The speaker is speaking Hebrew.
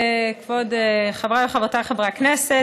חבריי וחברותיי חברי הכנסת,